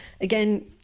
Again